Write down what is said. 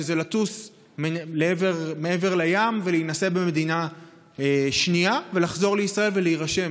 שזה לטוס מעבר לים ולהינשא במדינה שנייה ולחזור לישראל ולהירשם.